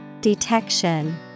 Detection